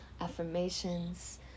affirmations